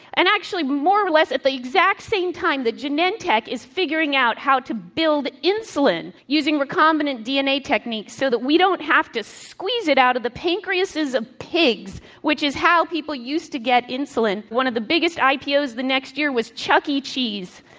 and actually, more or less at the exact same time, the genentech is figuring out how to build insulin using recombinant dna techniques so that we don't have to squeeze it out of the pancreases of pigs, which is how people used to get insulin. the ipo one of the biggest ipos the next year was chuck e. cheese.